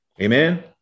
amen